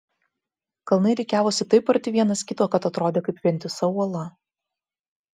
kalnai rikiavosi taip arti vienas kito kad atrodė kaip vientisa uola